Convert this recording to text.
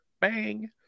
Bang